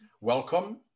welcome